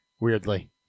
Weirdly